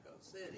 City